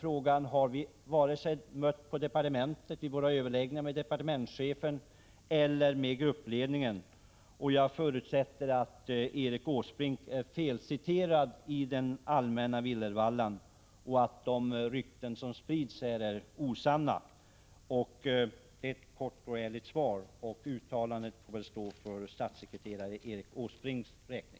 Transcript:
Denna fråga har vi inte mött i våra överläggningar med departementschefen eller med gruppledningen. Jag förutsätter att Erik Åsbrink i den allmänna villervallan har blivit felciterad och att de rykten som sprids är osanna. Det är ett kort och ärligt svar. Uttalandet får stå för statssekreterare Erik Åsbrinks räkning.